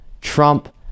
Trump